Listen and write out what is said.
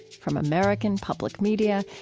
from american public media,